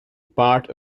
part